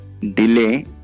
delay